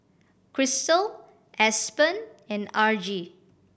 Kristal Aspen and Argie